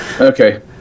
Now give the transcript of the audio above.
Okay